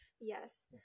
yes